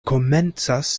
komencas